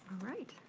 right.